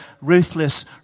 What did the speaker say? ruthless